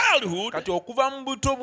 childhood